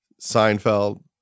Seinfeld